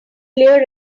clear